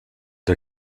der